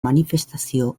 manifestazio